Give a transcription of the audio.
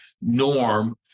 norm